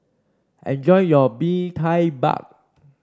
enjoy your Bee Tai Mak